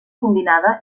combinada